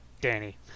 Danny